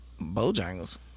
Bojangles